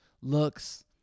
looks